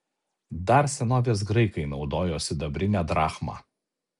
dar senovės graikai naudojo sidabrinę drachmą